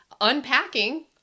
unpacking